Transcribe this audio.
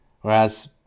whereas